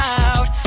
out